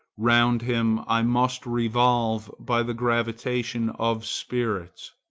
round him i must revolve by the gravitation of spirits.